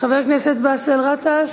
חבר הכנסת באסל גטאס,